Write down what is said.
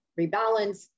rebalance